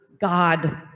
God